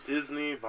Disney